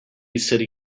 city